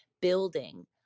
building